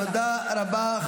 תודה רבה.